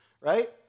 right